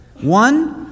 One